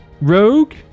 rogue